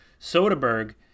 Soderbergh